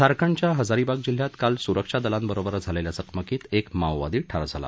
झारखंडच्या हजारीबाग जिल्ह्यात काल सुरक्षादलांबरोबर झालेल्या चकमकीत एक माओवादी ठार झाला